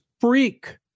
Freak